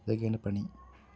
ഇതൊക്കെയാണ് പണി